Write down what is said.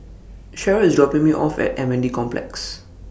Cherrelle IS dropping Me off At M N D Complex